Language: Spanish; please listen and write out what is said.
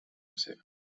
acero